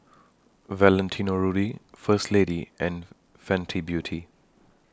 Valentino Rudy First Lady and Fenty Beauty